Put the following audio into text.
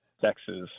Texas